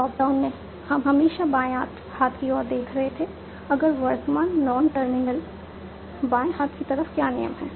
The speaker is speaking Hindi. टॉप डाउन में हम हमेशा बाएं हाथ की ओर देख रहे थे अगर वर्तमान नॉन टर्मिनल बाएं हाथ की तरफ क्या नियम है